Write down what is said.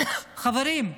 חברים,